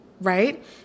right